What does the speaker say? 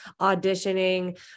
auditioning